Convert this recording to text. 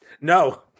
no